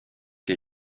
que